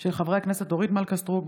של חברי הכנסת אורית מלכה סטרוק,